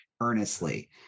earnestly